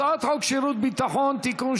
הצעת חוק שירות ביטחון (תיקון,